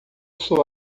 sou